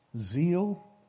zeal